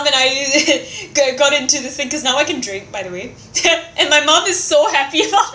when I g~ got into the thing is now I can drink by the way and my mother is so happy about